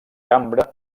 cambra